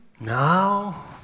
Now